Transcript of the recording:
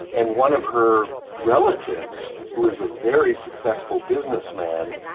and one of her relatives, who is a very successful businessman,